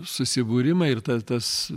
susibūrimai ir ta tas